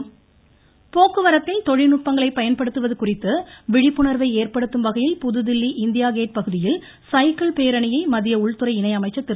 மமமமம கிரண் ரிஜுஜு போக்குவரத்தில் தொழில்நுட்பங்களை பயன்படுத்துவது குறித்து விழிப்புணர்வை ஏற்படுத்தும்வகையில் புதுதில்லி இந்தியா கேட் பகுதியில் சைக்கிள் பேரணியை மத்திய உள்துறை இணை அமைச்சர் திரு